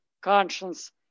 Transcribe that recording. conscience